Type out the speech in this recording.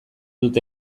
dut